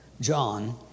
John